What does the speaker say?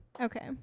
Okay